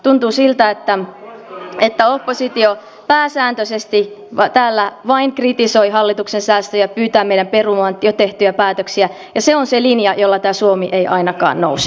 tuntuu siltä että oppositio pääsääntöisesti täällä vain kritisoi hallituksen säästöjä pyytää meitä perumaan jo tehtyjä päätöksiä ja se on se linja jolla tämä suomi ei ainakaan nouse